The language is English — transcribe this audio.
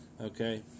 Okay